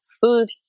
food